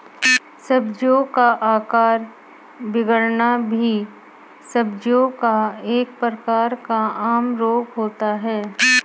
सब्जियों का आकार बिगड़ना भी सब्जियों का एक प्रकार का आम रोग होता है